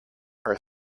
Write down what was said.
are